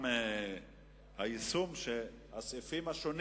הסעיפים השונים